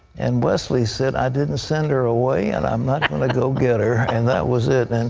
and wesley said, i didn't send her away, and i'm not going to go get her. and that was it. and